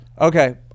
okay